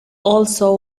also